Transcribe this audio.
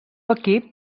equip